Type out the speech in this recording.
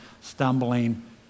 stumbling